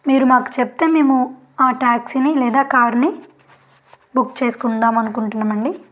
మీరు మాకు చెప్తే మేము ఆ ట్యాక్సీని లేదా కార్ని బుక్ చేసుకుందాము అనుకుంటున్నామండి